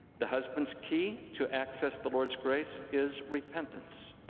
the husband's key to access the lord's grace is repentance.